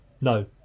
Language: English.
no